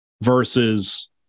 versus